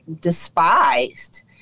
despised